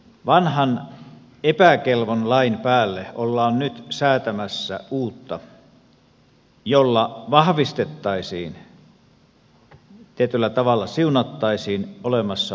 vanhan epäkelvon lain päälle ollaan nyt säätämässä uutta jolla vahvistettaisiin tietyllä tavalla siunattaisiin olemassa olevat vääryydet